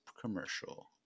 commercial